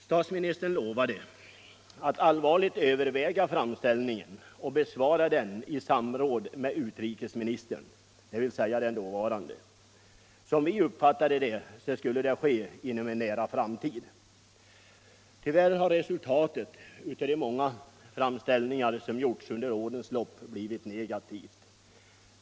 Statsministern lovade då att allvarligt överväga framställningen och att besvara den i samråd med den dåvarande utrikesministern. Som vi uppfattade beskedet skulle detta ske inom en nära framtid. Tyvärr har resultatet av de många framställningar som gjorts under årens lopp blivit negativt.